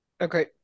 okay